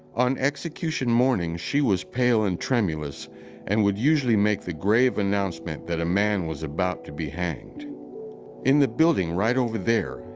on execution morning, she was pale and tremulous and would usually make the grave announcement that a man was about to be hanged in the building right over there,